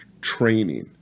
training